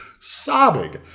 sobbing